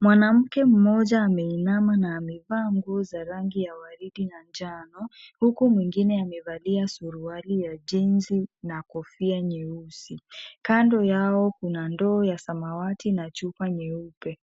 Mwanamke mmoja ameinama na amevaa nguo za rangi ya waridi na njano huku mwingine amevalia suruali ya jinsi na kofia nyeusi. Kando yao kuna ndoo ya samawati na na chupa nyeupe.